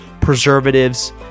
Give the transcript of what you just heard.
preservatives